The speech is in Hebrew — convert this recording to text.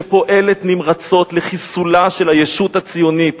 שפועלת נמרצות לחיסולה של הישות הציונית.